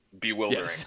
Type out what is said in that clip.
bewildering